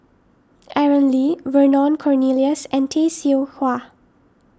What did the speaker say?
Aaron Lee Vernon Cornelius and Tay Seow Huah